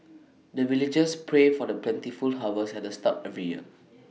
the villagers pray for the plentiful harvest at the start every year